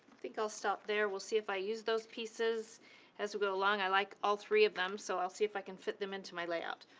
think i'll stop there. we'll see if i use those pieces as go along. i like all three of them. so i'll see if i can fit them into my layout.